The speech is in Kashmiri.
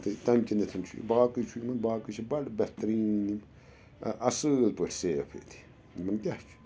تہٕ تَمہِ کِن۪تھَن چھُ یہِ باقٕے چھُ یِن باقٕے چھِ بَڑٕ بہتریٖن یِم اَصۭل پٲٹھۍ سیف ییٚتہِ یِمَن کیاہ چھُ